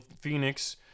Phoenix